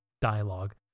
dialogue